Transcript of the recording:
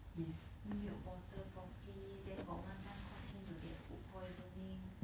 his milk bottle properly then got one time caused him to get food poisoning